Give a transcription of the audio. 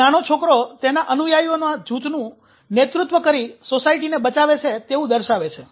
એક નાનો છોકરો તેના અનુયાયીઓ ના જૂથનું નેતૃત્વ કરી સોસાયટીને બચાવે છે તેવું દર્શાવે છે